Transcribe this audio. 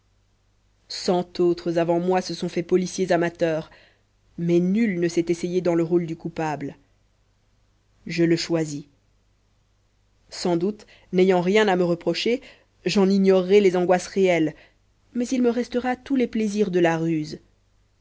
cent autres avant moi se sont faits policiers amateurs mais nul ne s'est essayé dans le rôle du coupable je le choisis sans doute n'ayant rien à me reprocher j'en ignorerai les angoisses réelles mais il me restera tous les plaisirs de la ruse